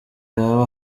yaba